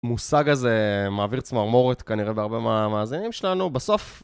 מושג הזה מעביר צמרמורת כנראה בהרבה מאזינים שלנו. בסוף.